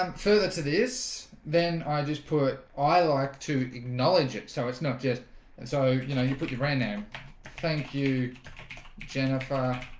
um further to this then i just put i like to acknowledge it so it's not just and so you know you put it right now thank you jennifer